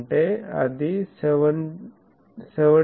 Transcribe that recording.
అంటే అది 78